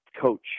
coach